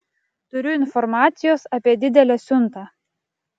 turiu informacijos apie didelę siuntą